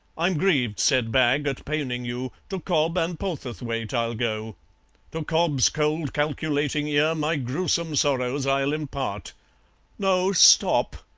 i'm grieved, said bagg, at paining you to cobb and poltherthwaite i'll go to cobb's cold, calculating ear, my gruesome sorrows i'll impart no stop,